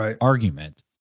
argument